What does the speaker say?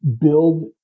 build